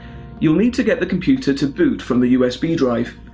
you'll need to get the computer to boot from the usb drive.